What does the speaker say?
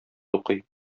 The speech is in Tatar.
укый